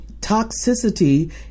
toxicity